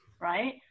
Right